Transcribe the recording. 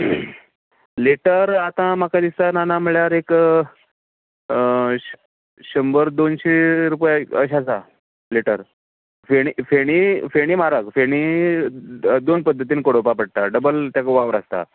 litre आता म्हाका दिसता ना ना म्हणल्यार एक शंबर दोंनशीं रूपया अशें आसा लिटर फेणी फेणी फेणी म्हारग फेणी दोन पद्दतीन बडोवपा पडटा डबल तेका वावर आसता